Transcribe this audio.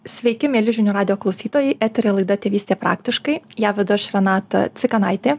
sveiki mieli žinių radijo klausytojai eteryje laida tėvystė praktiškai ją vedu aš renata cikanaitė